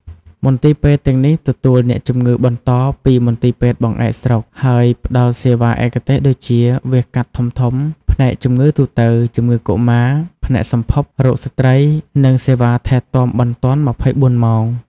មន្ទីរពេទ្យទាំងនេះទទួលអ្នកជំងឺបន្តពីមន្ទីរពេទ្យបង្អែកស្រុក ហើយផ្តល់សេវាឯកទេសដូចជា វះកាត់ធំៗ ផ្នែកជំងឺទូទៅ ជំងឺកុមារ ផ្នែកសម្ភព រោគស្ត្រី និងសេវាថែទាំបន្ទាន់ ២៤ ម៉ោង។